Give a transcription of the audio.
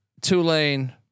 Tulane